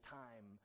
time